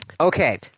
okay